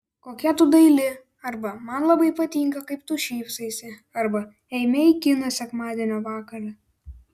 kokia tu daili arba man labai patinka kaip tu šypsaisi arba eime į kiną sekmadienio vakarą